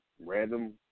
random